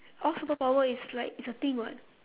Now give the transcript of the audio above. all superpower is like it's a [what]